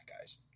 guys